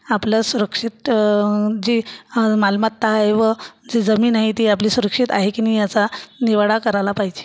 आपलं सुरक्षित जी मालमत्ता आहे व जी जमीन आहे ती आपली सुरक्षित आहे की नाही याचा निवाडा करायला पाहिजे